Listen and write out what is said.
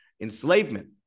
enslavement